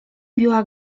biła